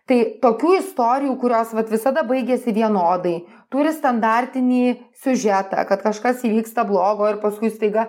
tai tokių istorijų kurios vat visada baigiasi vienodai turi standartinį siužetą kad kažkas įvyksta blogo ir paskui staiga